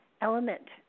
element